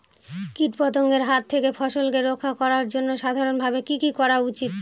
কীটপতঙ্গের হাত থেকে ফসলকে রক্ষা করার জন্য সাধারণভাবে কি কি করা উচিৎ?